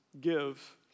give